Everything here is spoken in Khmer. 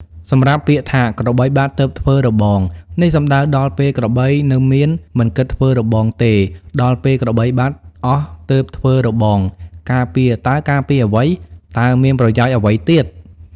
សម្រាប់ពាក្យថាក្របីបាត់ទើបធ្វើរបង នេះសំំដៅដល់ពេលក្របីនៅមានមិនគិតធ្វើរបងទេដល់ពេលក្របីបាត់អស់ទើបធ្វើរបងការពារតើការពារអ្វី តើមានប្រយោជន៍អ្វីទៀត។